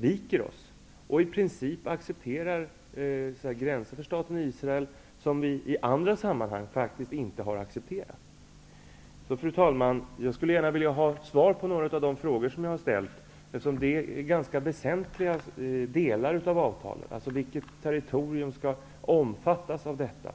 viker oss och i princip accepterar gränser för staten Israel som vi i andra sammanhang faktiskt inte har accepterat. Fru talman! Jag skulle gärna vilja ha svar på några av de frågor som jag har ställt och som gäller ganska väsentliga delar av avtalet. Vilket territorium skall omfattas av avtalet?